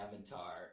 avatar